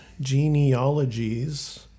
genealogies